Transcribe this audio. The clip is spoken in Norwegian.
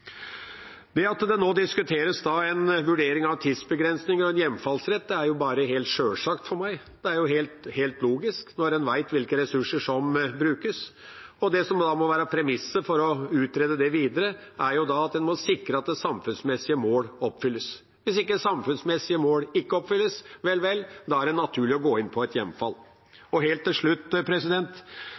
Det at det nå diskuteres en vurdering av tidsbegrensning av en hjemfallsrett, er bare helt sjølsagt for meg. Det er helt logisk når en vet hvilke ressurser som brukes. Det som da må være premisset for å utrede det videre, er at en må sikre at samfunnsmessige mål oppfylles. Hvis samfunnsmessige mål ikke oppfylles, vel, da er det naturlig å gå inn for hjemfall. Helt til slutt: